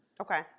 okay